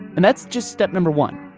and that's just step number one.